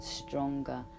stronger